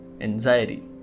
anxiety